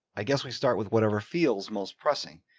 i guess we start with whatever feels most pressing.